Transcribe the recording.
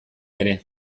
ere